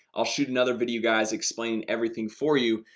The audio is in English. i'll shoot another video guys explain everything for you,